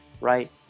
right